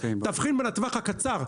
תבחין בין הטווח הקצר,